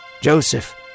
Joseph